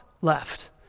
left